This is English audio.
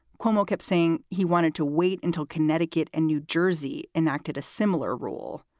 cuomo kept saying he wanted to wait until connecticut and new jersey enacted a similar rule.